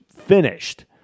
Finished